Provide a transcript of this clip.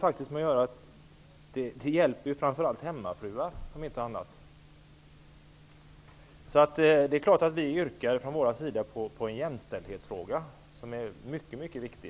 Detta hjälper ju framför allt hemmafruar, om inte annat. Det är klart att vi från Ny demokratis sida yrkar på en jämställdhetsfråga som är mycket, mycket viktig.